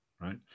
right